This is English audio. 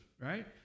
right